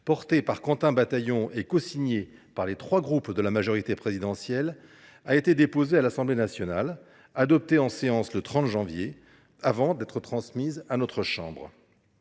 présentée par Quentin Bataillon et cosignée par les trois groupes de la majorité présidentielle, a été déposée à l’Assemblée nationale, adoptée en séance le 30 janvier, avant d’être transmise à notre chambre.